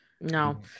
no